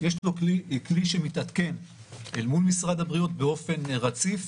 יש כלי שמתעדכן אל מול משרד הבריאות באופן רציף.